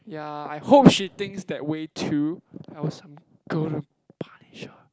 ya I hope she thinks that way too else I'm gonna punish her